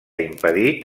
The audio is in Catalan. impedit